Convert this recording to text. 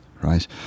right